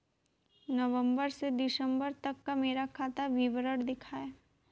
नवंबर से दिसंबर तक का मेरा खाता विवरण दिखाएं?